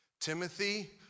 Timothy